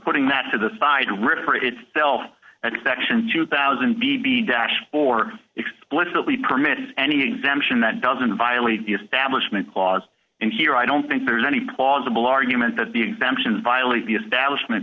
putting that to the side to restore itself and section two thousand b b dashboard explicitly permits any exemption that doesn't violate the establishment clause and here i don't think there's any plausible argument that the exemptions violate the establishment